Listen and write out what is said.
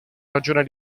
ragione